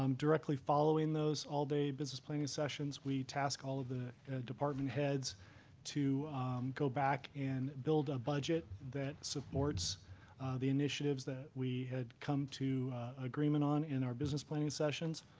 um directly following those all-day business planning sessions, we task all of the heads to go back and build a budget that supports the initiatives that we had come to agreement on in our business planning sessions.